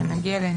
אנגליה.